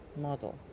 model